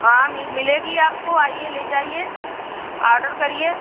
हाँ मिलेगी आपको आइए ले जाइए आडर करिए